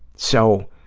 so,